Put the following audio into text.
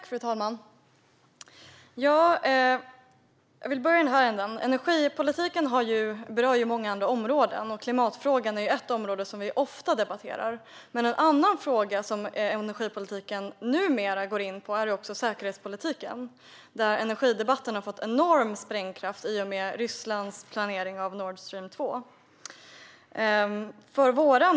Fru talman! Energipolitiken berör många områden. Klimatfrågan är ett område som vi ofta debatterar. Men en annan fråga som energipolitiken numera går in på är säkerhetspolitiken. Energidebatten har fått en enorm sprängkraft i och med Rysslands planering av Nord Stream 2.